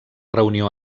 reunió